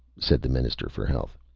said the minister for health.